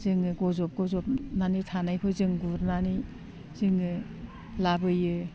जोङो बज'बो बज'बनानै थानायखौ जों गुरनानै जोङो लाबोयो